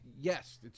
yes